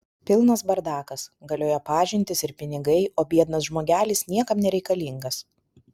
pilnas bardakas galioja pažintys ir pinigai o biednas žmogelis niekam nereikalingas